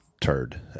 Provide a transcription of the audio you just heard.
turd